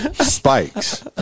spikes